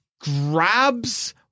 grabs